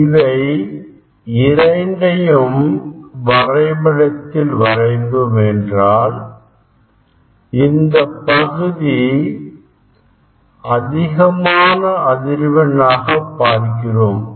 இவை இவை இரண்டையும் வரைபடத்தில் வரைந்தோம் என்றாள் இந்தப் பகுதி அதிகமான அதிர்வெண் ஆக பார்க்கிறோம்